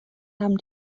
haben